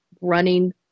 running